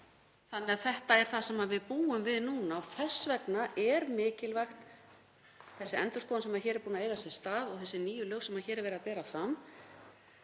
leyfi. Þetta er það sem við búum við núna og þess vegna er þessi endurskoðun mikilvæg sem hér er búin að eiga sér stað og þessi nýju lög sem hér er verið að bera fram,